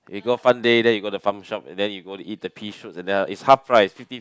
you go Fun Day then you go the fun shop and then you go eat the pea-shoots and the is half price fifty